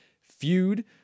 Feud